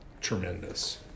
tremendous